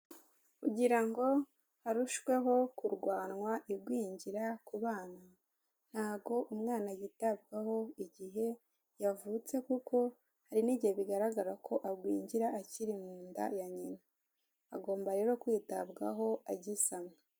Kugira ngo harushweho kurwanwa igwingira ku bana, ntago umwana yitabwaho igihe yavutse, kuko hari n'igihe bigaragara ko agwigira akiri mu nda ya nyina, agomba rero kwitabwaho agisamwa.